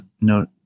no